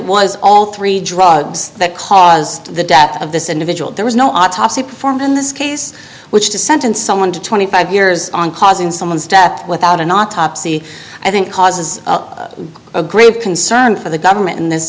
was all three drugs that caused the death of this individual there was no autopsy performed in this case which to sentence someone to twenty five years on causing someone's death without an autopsy i think causes a grave concern for the government in this